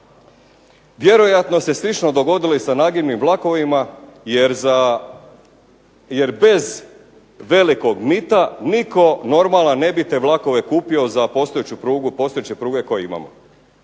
Vjerojatno se slično dogodilo i sa nagibnim vlakovima, jer bez velikog mita nitko normalan ne bi te vlakove kupio za postojeću prugu, postojeće pruge koje imamo.